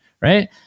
right